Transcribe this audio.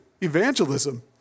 Evangelism